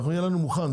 שיהיה לנו מוכן,